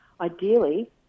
Ideally